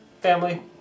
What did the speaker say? Family